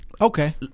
Okay